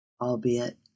Albeit